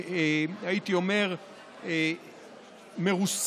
הייתי אומר מרוסן,